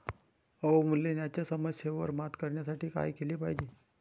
अवमूल्यनाच्या समस्येवर मात करण्यासाठी काय केले पाहिजे?